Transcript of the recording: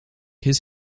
his